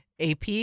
AP